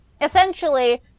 essentially